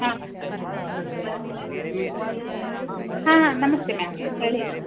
ಹಾಂ ಹಾಂ ಹಾಂ ನಮಸ್ತೆ ಮ್ಯಾಮ್ ಹೇಳಿ